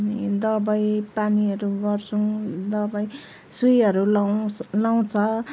अनि दबाईपानीहरू गर्छौँ दबाई सुईहरू लगाउँछ लगाउँछ